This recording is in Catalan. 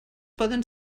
poden